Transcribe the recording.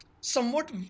somewhat